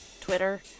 Twitter